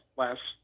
last